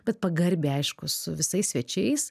bet pagarbiai aišku su visais svečiais